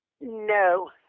No